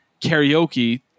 karaoke